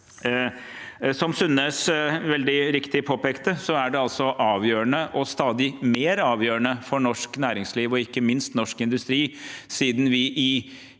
Sundnes veldig riktig påpekte, er det stadig mer avgjørende og svært viktig for norsk næringsliv, ikke minst norsk industri, siden vi i